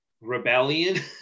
rebellion